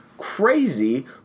Crazy